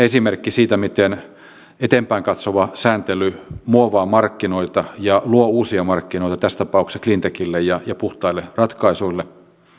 esimerkki siitä miten eteenpäin katsova sääntely muovaa markkinoita ja luo uusia markkinoita tässä tapauksessa cleantechille ja puhtaille ratkaisuille